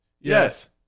Yes